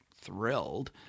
thrilled